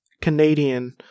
Canadian